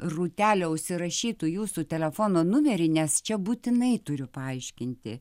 rūtelė užsirašytų jūsų telefono numerį nes čia būtinai turiu paaiškinti